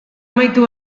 amaitu